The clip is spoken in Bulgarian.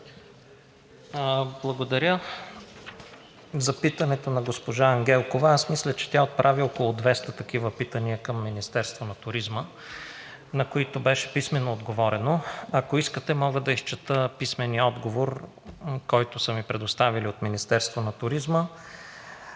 Благодаря за питането на госпожа Ангелкова. Аз мисля, че тя отправи около 200 такива питания към Министерството на туризма, на които беше отговорено писмено. Ако искате, мога да изчета писмения отговор, който са ми предоставили от Министерството на туризма.